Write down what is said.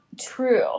true